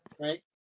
Right